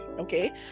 okay